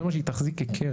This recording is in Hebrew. זה מה שהיא תחזיק כקרן.